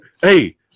Hey